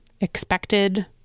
expected